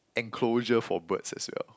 enclosure for birds as well